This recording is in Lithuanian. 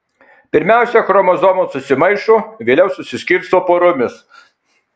pirmiausia chromosomos susimaišo vėliau susiskirsto poromis